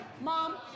mom